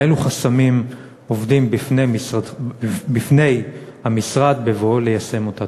ואילו חסמים עומדים בפני המשרד בבואו ליישם אותה?